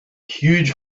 huge